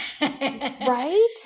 right